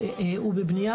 הוא בבנייה,